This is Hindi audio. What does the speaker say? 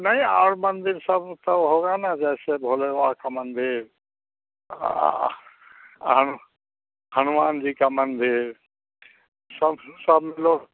नहीं और मंदिर सब सब होगा ना जैसे भोलेबा का मंदिर हाँ हनु हनुमान जी का मंदिर सब सब लोग